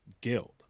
Guild